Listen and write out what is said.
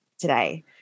today